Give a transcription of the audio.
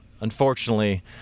unfortunately